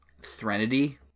Threnody